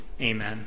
Amen